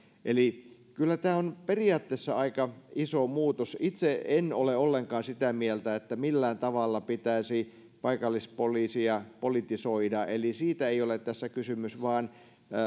eli kyllä tämä on periaatteessa aika iso muutos itse en ole ollenkaan sitä mieltä että millään tavalla pitäisi paikallispoliisia politisoida eli siitä ei ole tässä kysymys vaan